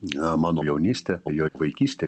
na mano jaunystė jo vaikystė